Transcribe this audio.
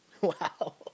Wow